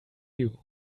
you